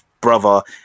brother